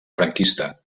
franquista